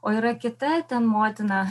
o yra kita ten motina